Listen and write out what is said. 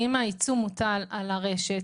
אם העיצום מוטל על הרשת,